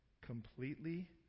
completely